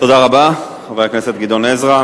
תודה רבה לחבר הכנסת גדעון עזרא.